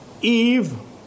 Eve